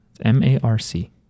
M-A-R-C